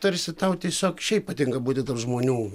tarsi tau tiesiog šiaip patinka būti tarp žmonių